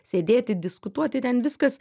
sėdėti diskutuoti ten viskas